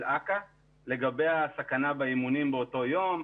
של אכ"א לגבי הסכנה באימונים באותו יום,